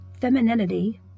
femininity